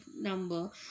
number